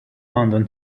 london